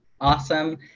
awesome